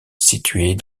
située